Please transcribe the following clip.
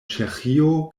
ĉeĥio